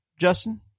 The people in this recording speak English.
Justin